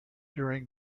during